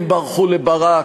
הם ברחו לברק,